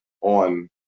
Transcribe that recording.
on